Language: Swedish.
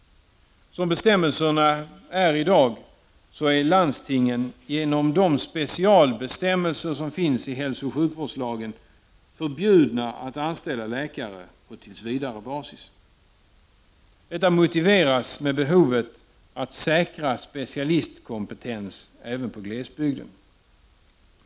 Som bestämmelserna ser ut i dag är landstingen — genom de specialbestämmelser som finns i hälsooch sjukvårdslagen — förbjudna att anställa läkare på tillsvidarebasis. Detta motiveras med behovet av att specialistkompetens måste säkras även i glesbygden.